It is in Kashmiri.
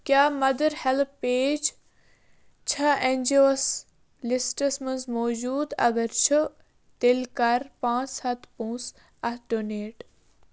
کیٛاہ مَدر ہیٚلپیج چھا این جی او ہَس لِسٹَس منٛز موٗجوٗد اگر چھُ تیٚلہِ کَر پانٛژھ ہَتھ پۄنٛسہٕ اَتھ ڈونیٹ